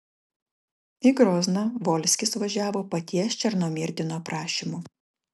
į grozną volskis važiavo paties černomyrdino prašymu